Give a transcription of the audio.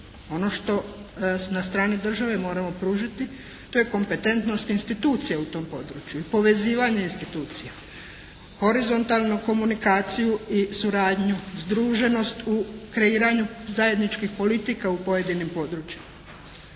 Ono što na strani države moramo pružiti to je kompetentnost institucije u tom području, povezivanje institucija, horizontalnu komunikaciju i suradnju, združenost u kreiranju zajedničkih politika u pojedinom području.